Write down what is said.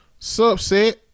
subset